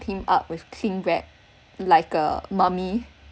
him up with cling wrap like a mummy